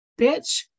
bitch